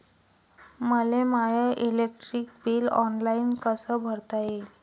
मले माय electric bill online कस भरता येईन?